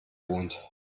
wohnt